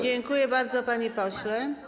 Dziękuję bardzo, panie pośle.